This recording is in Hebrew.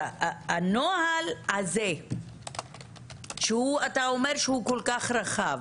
הנוהל הזה שאתה אומר שהוא כל כך רחב,